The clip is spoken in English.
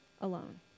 alone